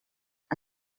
and